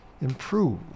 improve